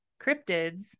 cryptids